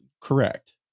Correct